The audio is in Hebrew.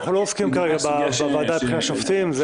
אנחנו לא עוסקים כרגע בוועדה לבחירת שופטים.